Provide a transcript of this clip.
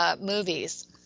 movies